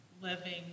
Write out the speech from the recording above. living